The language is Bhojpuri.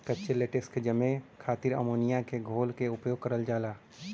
कच्चे लेटेक्स के जमे क खातिर अमोनिया क घोल क उपयोग करल जाला